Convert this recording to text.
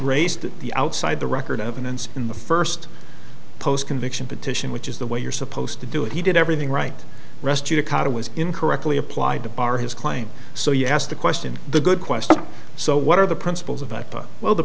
raised the outside the record evidence in the first post conviction petition which is the way you're supposed to do it he did everything right rest judicata was incorrectly applied to bar his claim so you ask the question the good question so what are the principles of ip well the